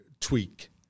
tweak